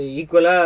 equal